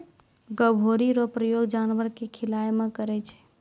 गभोरी रो प्रयोग जानवर के खिलाय मे करै छै